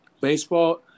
Baseball